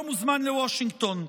נתניהו לא מוזמן לוושינגטון,